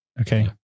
Okay